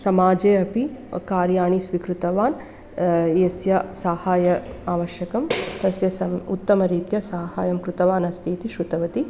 समाजे अपि कार्याणि स्वीकृतवान् यस्य साहाय्यम् आवश्यकं तस्य सं उत्तमरित्यासाहाय्यं कृतवानस्ति इति श्रुतवती